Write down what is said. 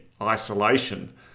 isolation